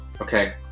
Okay